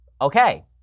okay